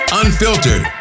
unfiltered